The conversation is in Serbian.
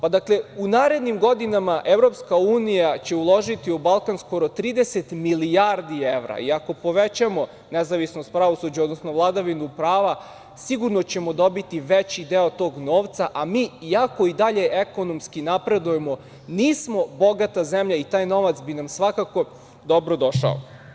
Pa, dakle, u narednim godinama EU će uložiti u Balkan skoro 30 milijardi evra i ako povećamo nezavisnost pravosuđa, odnosno vladavinu prava sigurno ćemo dobiti veći deo tog novca, a mi iako i dalje ekonomski napredujemo nismo bogata zemlja i taj novac bi nam svakako dobro došao.